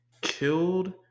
killed